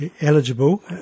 eligible